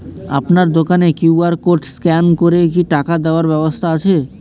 আপনার দোকানে QR code scan করে কি টাকা দেওয়ার ব্যবস্থা আছে?